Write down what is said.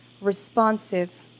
responsive